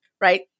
right